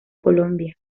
colombia